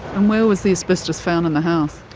and where was the asbestos found in the house?